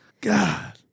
God